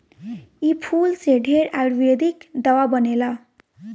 इ फूल से ढेरे आयुर्वेदिक दावा बनेला